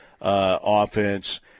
offense